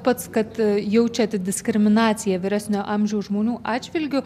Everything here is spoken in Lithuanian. pats kad jaučiate diskriminaciją vyresnio amžiaus žmonių atžvilgiu